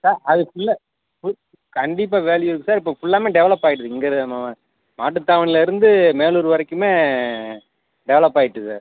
sir அதுக்குள்ளே கு கண்டிப்பாக வேல்யூ இருக்குது சார் இப்போ ஃபுல்லாவுமே டெவலப் ஆயிகிட்ருக்கு இங்கே ம மாட்டுத்தாவணிலிருந்து மேலூர் வரைக்குமே டெவலப் ஆய்ட்டுது சார்